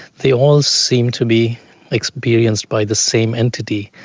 they all seem to be experienced by the same entity.